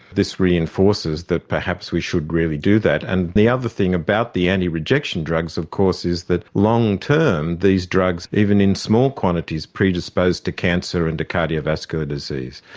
this reinforces that perhaps we should really do that and the other thing about the anti-rejection drugs of course is that long-term these drugs even in small quantities predispose to cancer and to cardiovascular disease.